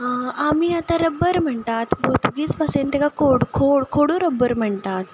आमी आतां रब्बर म्हणटात पोर्तुगीज भाशेन ताका खोड खोडूरबर म्हणटात